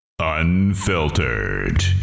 Unfiltered